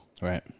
Right